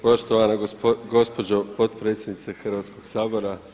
Poštovana gospođo potpredsjednice Hrvatskoga sabora.